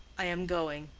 i am going.